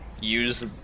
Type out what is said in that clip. use